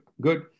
Good